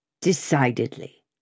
Decidedly